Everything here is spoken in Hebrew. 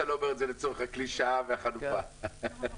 אני לא נתקלתי בטענות על הונאה או דברים כאלה לגבי עיתון הארץ.